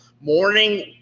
morning